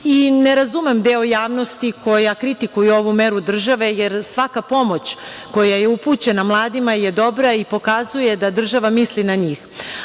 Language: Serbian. i ne razumem deo javnosti koja kritikuje ovu meru države, jer svaka pomoć koja je upućena mladima je dobra i pokazuje da država misli na